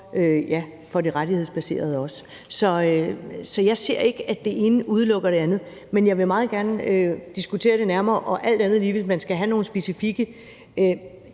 for det rettighedsbaserede. Så jeg ser ikke, at det ene udelukker det andet, men jeg vil meget gerne diskutere det nærmere. Alt andet lige, hvis man skal have nogle specifikke